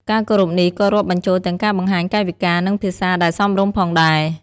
ការគោរពនេះក៏រាប់បញ្ចូលទាំងការបង្ហាញកាយវិការ និងភាសាដែលសមរម្យផងដែរ។